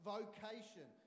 Vocation